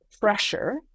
pressure